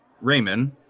Raymond